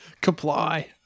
Comply